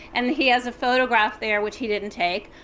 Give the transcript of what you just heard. and he has a photograph there, which he didn't take,